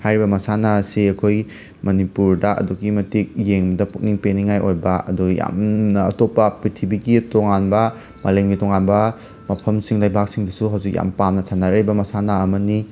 ꯍꯥꯏꯔꯤꯕ ꯃꯁꯥꯟꯅ ꯑꯁꯤ ꯑꯩꯈꯣꯏ ꯃꯅꯤꯄꯨꯔꯗ ꯑꯗꯨꯛꯀꯤ ꯃꯇꯤꯛ ꯌꯦꯡꯕꯗ ꯄꯨꯛꯅꯤꯡ ꯄꯦꯟꯅꯤꯡꯉꯥꯏ ꯑꯣꯏꯕ ꯑꯗꯨ ꯌꯥꯝꯅ ꯑꯇꯣꯞꯄ ꯄ꯭ꯔꯤꯊꯤꯕꯤꯒꯤ ꯇꯣꯉꯥꯟꯕ ꯃꯥꯂꯦꯝꯒꯤ ꯇꯣꯉꯥꯟꯕ ꯃꯐꯝꯁꯤꯡ ꯂꯩꯕꯥꯛꯁꯤꯡꯗꯁꯨ ꯍꯧꯖꯤꯛ ꯌꯥꯝꯅ ꯄꯥꯝꯅ ꯁꯥꯟꯅꯔꯤꯕ ꯃꯁꯥꯟꯅ ꯑꯃꯅꯤ